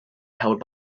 held